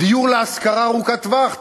דיור להשכרה ארוכת טווח,